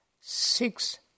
six